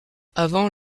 avant